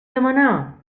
demanar